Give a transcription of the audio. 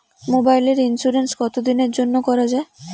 মোবাইলের ইন্সুরেন্স কতো দিনের জন্যে করা য়ায়?